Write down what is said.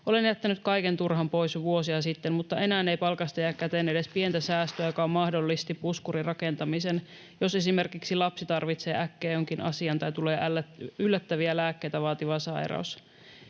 Olen jättänyt kaiken turhan pois jo vuosia sitten, mutta enää ei palkasta jää käteen edes pientä säästöä, joka mahdollisti puskurin rakentamisen, jos esimerkiksi lapsi tarvitsee äkkiä jonkin asian tai tulee yllättävä lääkkeitä vaativa sairaus.